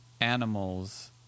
animals